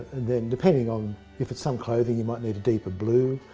then depending on if its some clothing you might need a deeper blue.